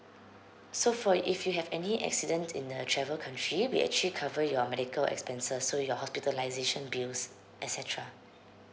so for if you have any accidents in the travel country we actually cover your medical expenses so your hospitalization bills et cetera